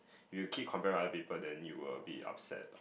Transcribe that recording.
if you keep comparing with other people then you will be upset